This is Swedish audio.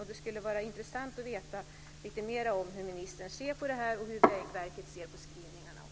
Det skulle vara intressant att veta lite mer om hur ministern ser på detta och hur Vägverket ser på skrivningarna.